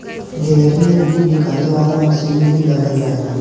dairy में दूध निकाले वाला मसीन भी लगल रहेला